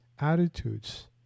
attitudes